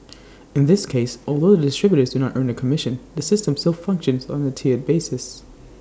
in this case although the distributors do not earn A commission the system still functions on A tiered basis